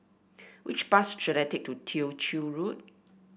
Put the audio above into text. which bus should I take to Tew Chew Road